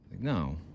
no